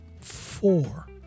four